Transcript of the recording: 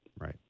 Right